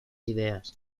ideas